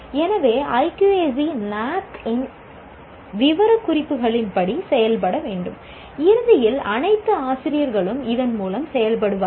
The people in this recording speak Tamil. எனவே IQAC NAAC இன் விவரக்குறிப்புகளின்படி செயல்பட வேண்டும் இறுதியில் அனைத்து ஆசிரியர்களும் இதன் மூலம் செயல்படுவார்கள்